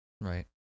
Right